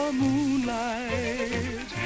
moonlight